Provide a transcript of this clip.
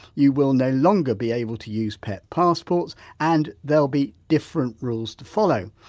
you will no longer be able to use pet passports and there'll be different rules to follow.